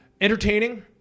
entertaining